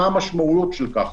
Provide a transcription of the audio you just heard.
מה המשמעויות של כך